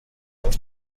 els